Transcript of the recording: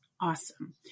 Awesome